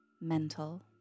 mental